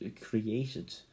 created